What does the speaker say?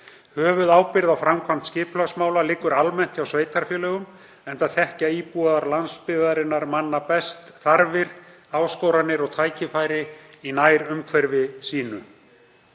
Höfuðábyrgð á framkvæmd skipulagsmála liggur almennt hjá sveitarfélögum enda þekkja íbúar landsbyggðarinnar manna best þarfir, áskoranir og tækifæri í nærumhverfi sínu.